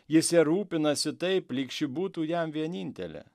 jis ja rūpinasi taip lyg ši būtų jam vienintelė